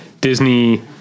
Disney